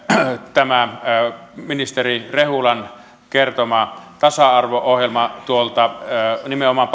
ministeri rehulan kertoma tasa arvo ohjelma nimenomaan